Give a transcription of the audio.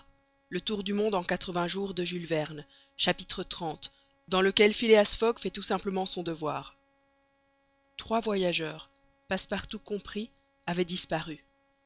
xxx dans lequel phileas fogg fait tout simplement son devoir trois voyageurs passepartout compris avaient disparu